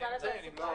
מנכ"ל התעסוקה.